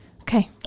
Okay